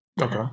Okay